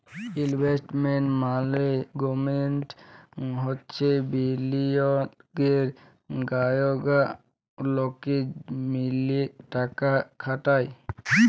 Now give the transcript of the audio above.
investment management হচ্যে বিলিয়গের জায়গা লকে মিলে টাকা খাটায়